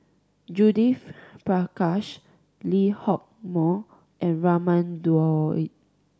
Judith Prakash Lee Hock Moh and Raman Daud